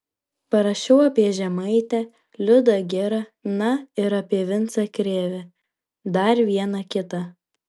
parašiau apie žemaitę liudą girą na ir apie vincą krėvę dar vieną kitą